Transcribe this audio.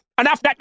Enough